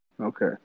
Okay